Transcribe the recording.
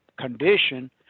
condition